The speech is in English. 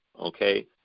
okay